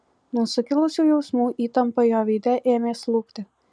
nuo sukilusių jausmų įtampa jo veide ėmė slūgti